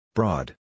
Broad